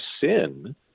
sin